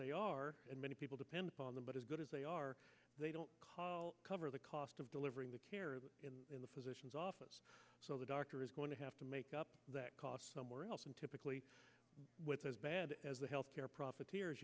they are and many people depend on them but as good as they are they don't cover the cost of delivering the care in the physician's office so the doctor is going to have to make up that cost somewhere else and typically with as bad as the health care profit